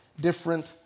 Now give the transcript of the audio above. different